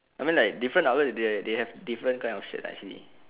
I mean like different outlet they they have different kind of shirt actually